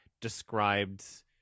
described